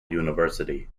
university